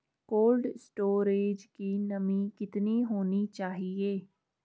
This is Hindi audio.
कोल्ड स्टोरेज की नमी कितनी होनी चाहिए?